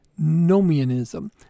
nomianism